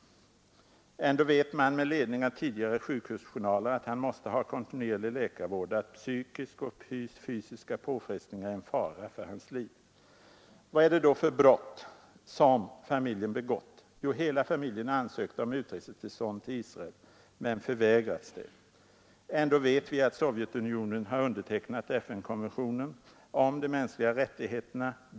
Ändå vet man med ledning av tidigare sjukhusjournaler att han måste ha kontinuerlig läkarvård och att psykiska och fysiska påfrestningar är en fara för hans liv. Vad är det då för brott som familjen har begått? Jo, hela familjen har ansökt om utresetillstånd till Israel men förvägrats detta. Ändå vet vi att Sovjetunionen har undertecknat FN-konventionen om de mänskliga rättigheterna.